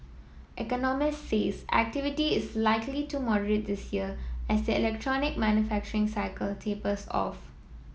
economist says activity is likely to this year as the electronic manufacturing cycle tapers off